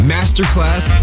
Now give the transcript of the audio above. Masterclass